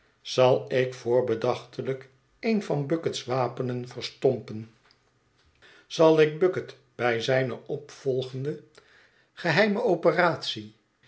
zal ik voorbedachtelijk een van bucket's wapenen verstompen zal ik bucket bij zijne opvolgende geheime operatie